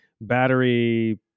battery